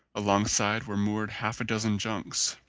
alongside were moored half a dozen junks,